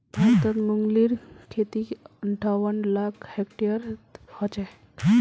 भारतत मूंगफलीर खेती अंठावन लाख हेक्टेयरत ह छेक